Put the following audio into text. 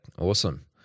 awesome